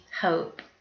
hope